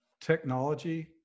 technology